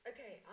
Okay